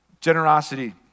generosity